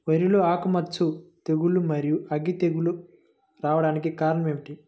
వరిలో ఆకుమచ్చ తెగులు, మరియు అగ్గి తెగులు రావడానికి కారణం ఏమిటి?